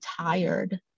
tired